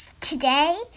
Today